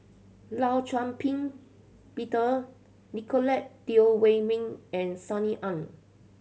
Law Shau Ping Peter Nicolette Teo Wei Min and Sunny Ang